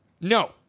No